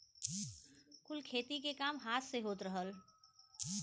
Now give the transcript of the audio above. कुल खेती के काम हाथ से होत रहल